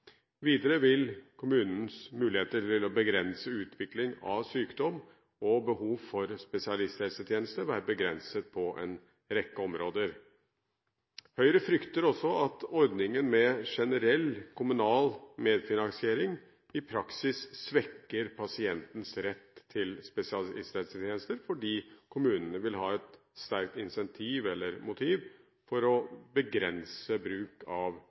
Videre vil kommunens muligheter til å begrense utvikling av sykdom og behov for spesialisthelsetjeneste være begrenset på en rekke områder. Høyre frykter også at ordningen med generell kommunal medfinansiering i praksis svekker pasientens rett til spesialisthelsetjeneste fordi kommunene vil ha et sterkt incentiv, eller motiv, for å begrense bruk av